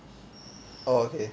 oh okay